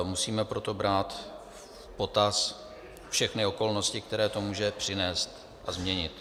Musíme proto brát v potaz všechny okolnosti, které to může přinést a změnit.